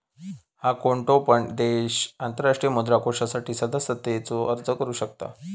हा, कोणतो पण देश आंतरराष्ट्रीय मुद्रा कोषासाठी सदस्यतेचो अर्ज करू शकता